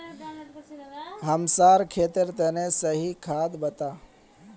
हमसार खेतेर तने सही खाद बता